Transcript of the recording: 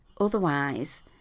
Otherwise